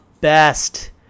best